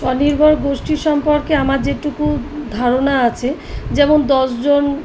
স্বনির্ভর গোষ্ঠীর সম্পর্কে আমার যেটুকু ধারণা আছে যেমন দশ জন